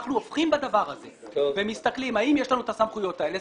כשאנחנו הופכים בדבר הזה ומסתכלים האם יש לנו את הסמכויות האלה,